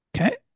Okay